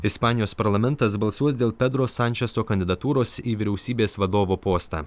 ispanijos parlamentas balsuos dėl pedro sančezo kandidatūros į vyriausybės vadovo postą